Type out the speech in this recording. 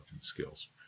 skills